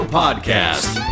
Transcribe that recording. podcast